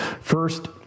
First